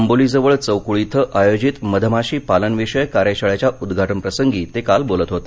आंबोलीजवळ चौक्ळ इथं आयोजित मधमाशी पालन विषयक कार्यशाळेच्या उद्घाटन प्रसंगी ते काल बोलत होते